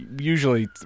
usually